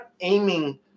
aiming